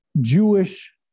Jewish